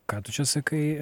ką tu čia sakai